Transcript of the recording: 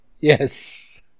yes